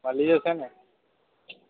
મળી જશે ને